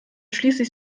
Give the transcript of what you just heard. schließlich